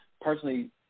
personally